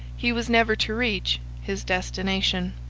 he was never to reach his destination.